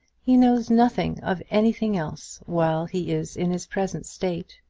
he knows nothing of anything else while he is in his present state.